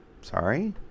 sorry